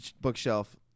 bookshelf